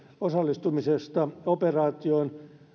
osallistumisesta operaatioon